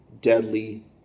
deadly